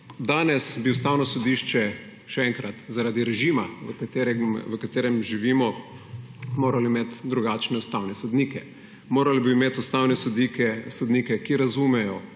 danes bi Ustavno sodišče, še enkrat, zaradi režima, v katerem živimo, moralo imeti drugačne ustavne sodnike, moralo bi imeti ustavne sodnike, ki razumejo